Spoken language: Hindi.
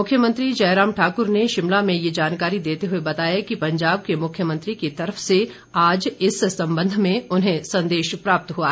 मुख्यमंत्री जयराम ठाकुर ने शिमला में ये जानकारी देते हुए बताया कि पंजाब के मुख्यमंत्री की तरफ से आज इस संबध में उन्हें संदेश प्राप्त हुआ